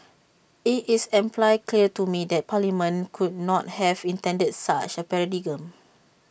IT is amply clear to me that parliament could not have intended such A paradigm